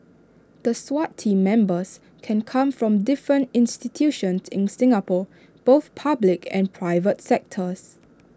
the Swat Team Members can come from different institutions in Singapore both public and private sectors